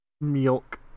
Milk